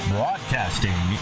Broadcasting